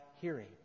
hearing